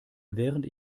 während